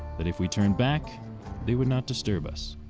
but if we turned back they would not disturb us.